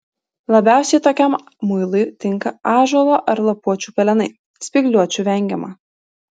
labiausiai tokiam muilui tinka ąžuolo ar lapuočių pelenai spygliuočių vengiama